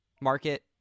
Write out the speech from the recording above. market